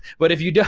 but if you do,